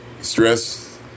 Stress